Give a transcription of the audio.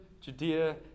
Judea